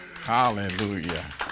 Hallelujah